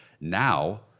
now